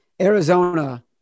Arizona